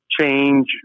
change